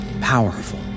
powerful